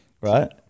Right